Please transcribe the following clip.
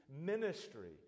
ministry